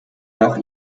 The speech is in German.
nach